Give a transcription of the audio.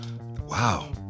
Wow